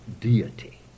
deity